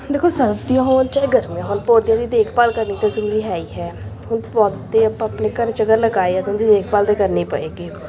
ਦੇਖੋ ਸਰਦੀਆਂ ਹੋਣ ਚਾਹੇ ਗਰਮੀਆਂ ਹੋਣ ਪੌਦਿਆਂ ਦੀ ਦੇਖਭਾਲ ਕਰਨੀ ਤਾਂ ਜ਼ਰੂਰੀ ਹੈ ਹੀ ਹੈ ਹੁਣ ਪੌਦੇ ਆਪਾਂ ਆਪਣੇ ਘਰ ਜਗ੍ਹਾ ਲਗਾਏ ਆ ਤਾਂ ਉਹਨਾਂ ਦੀ ਦੇਖਭਾਲ ਤਾਂ ਕਰਨੀ ਪਵੇਗੀ